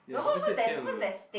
ya should do camp alone